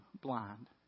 blind